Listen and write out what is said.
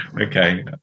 Okay